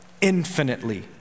Infinitely